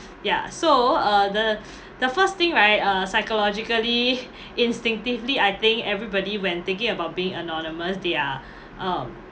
ya so uh the the first thing right uh psychologically instinctively I think everybody when thinking about being anonymous they are um